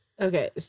Okay